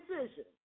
decisions